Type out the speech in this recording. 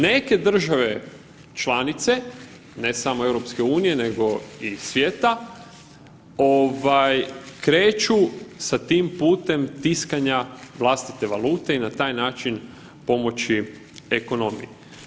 Neke države članice, ne samo EU nego i svijeta ovaj kreću sa tim putem tiskanja vlastite valute i na taj način pomoći ekonomiji.